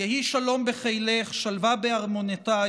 "יהי שלום בחילך שלוה בארמנותיך.